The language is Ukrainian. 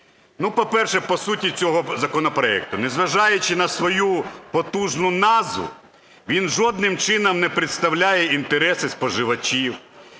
по-перше, по суті цього законопроекту. Незважаючи на свою потужну назву, він жодним чином не представляє інтереси споживачів,